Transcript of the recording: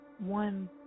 One